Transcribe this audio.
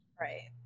Right